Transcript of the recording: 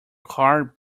car